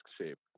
shape